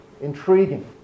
intriguing